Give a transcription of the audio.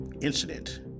incident